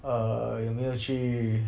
err 有没有去